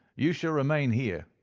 you shall remain here,